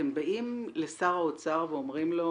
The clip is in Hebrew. אתם באים לשר האוצר ואומרים לו,